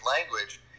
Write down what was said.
language